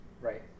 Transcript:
Right